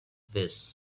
fish